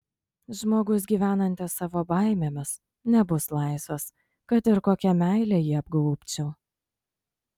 žmogus gyvenantis savo baimėmis nebus laisvas kad ir kokia meile jį apgaubčiau